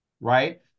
Right